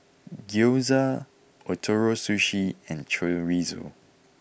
Gyoza Ootoro Sushi and Chorizo